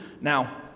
Now